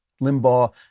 Limbaugh